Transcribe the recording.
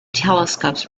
telescopes